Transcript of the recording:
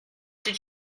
did